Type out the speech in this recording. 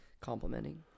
complimenting